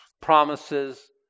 promises